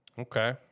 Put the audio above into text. Okay